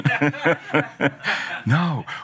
No